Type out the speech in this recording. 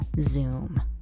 Zoom